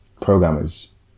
programmers